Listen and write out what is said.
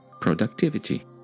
productivity